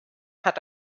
hat